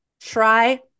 Try